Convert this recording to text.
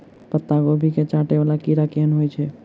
पत्ता कोबी केँ चाटय वला कीड़ा केहन होइ छै?